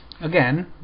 Again